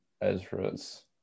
ezra's